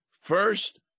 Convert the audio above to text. First